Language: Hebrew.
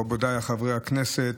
חברי הכנסת,